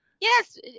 Yes